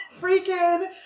freaking